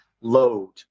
load